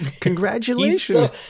congratulations